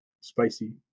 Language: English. spicy